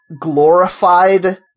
glorified